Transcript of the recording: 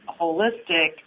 holistic